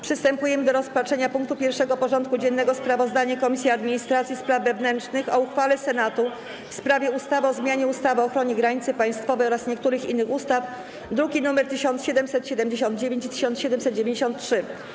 Przystępujemy do rozpatrzenia punktu 1. porządku dziennego: Sprawozdanie Komisji Administracji i Spraw Wewnętrznych o uchwale Senatu w sprawie ustawy o zmianie ustawy o ochronie granicy państwowej oraz niektórych innych ustaw (druki nr 1779 i 1793)